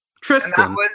Tristan